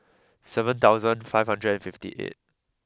seven thousand five hundred and fifty eight